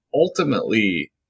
ultimately